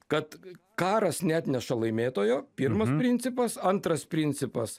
kad karas neatneša laimėtojo pirmas principas antras principas